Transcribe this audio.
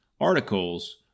articles